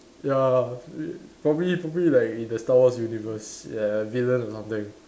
ya probably probably like in the star wars universe ya a villain or something